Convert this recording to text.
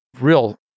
real